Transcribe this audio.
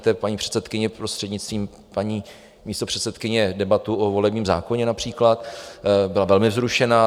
Vzpomeňte, paní předsedkyně, prostřednictvím paní místopředsedkyně, debatu o volebním zákoně například, byla velmi vzrušená.